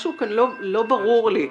משהו כאן לא ברור לי,